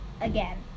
Again